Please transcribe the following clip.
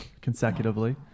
consecutively